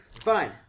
fine